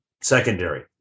secondary